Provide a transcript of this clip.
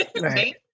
Right